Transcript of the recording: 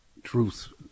truth